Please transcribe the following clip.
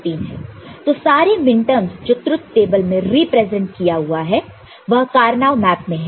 तो सारे मिनटर्मस जो ट्रुथ टेबल में रिप्रेजेंट किया हुआ है वह कार्नो मैप में है